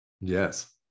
Yes